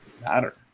matter